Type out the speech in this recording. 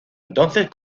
entonces